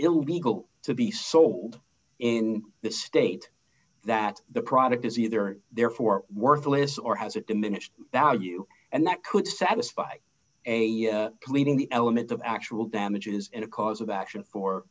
illegal to be sold in this state that the product is either therefore worthless or has a diminished value and that could satisfy a pleading the element of actual damages in a cause of action for